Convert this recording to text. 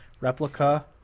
replica